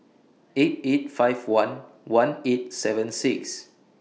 eight eight five one one eight seven six